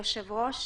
היושב-ראש,